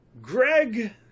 Greg